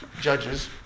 judges